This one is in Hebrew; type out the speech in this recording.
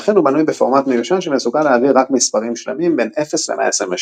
ולכן הוא בנוי בפורמט מיושן שמסוגל להעביר רק מספרים שלמים בין 0 ל-127.